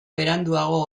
beranduago